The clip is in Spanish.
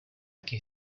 que